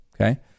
Okay